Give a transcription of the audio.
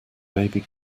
baby